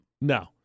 No